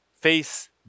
face